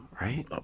right